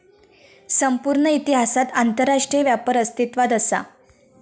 संपूर्ण इतिहासात आंतरराष्ट्रीय व्यापार अस्तित्वात असा